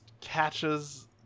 catches